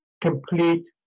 complete